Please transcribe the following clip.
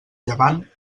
llevant